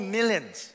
millions